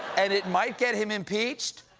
and it might get him impeached?